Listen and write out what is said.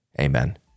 Amen